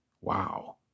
wow